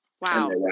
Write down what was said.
Wow